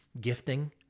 gifting